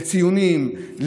לציונים,